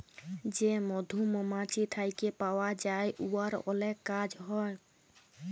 যে মধু মমাছি থ্যাইকে পাউয়া যায় উয়ার অলেক কাজ হ্যয়